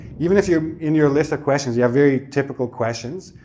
even if you're in your list of questions, you have very typical questions,